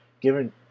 given